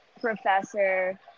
professor